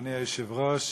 אדוני היושב-ראש,